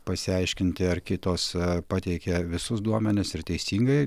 pasiaiškinti ar kitos pateikė visus duomenis ir teisingai